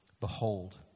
Behold